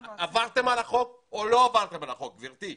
עברתם על החוק או לא עברתם על החוק, גברתי?